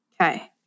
Okay